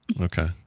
Okay